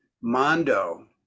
mondo